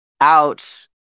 out